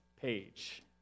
page